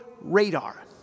radar